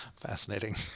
Fascinating